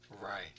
Right